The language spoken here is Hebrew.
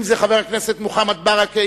אם זה חבר הכנסת מוחמד ברכה,